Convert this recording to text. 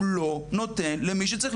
הוא לא נותן למי שצריך,